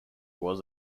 was